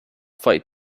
fight